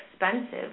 expensive